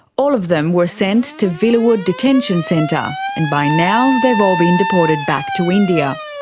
all of them were sent to villawood detention centre, and by now they've all been deported back to india.